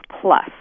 plus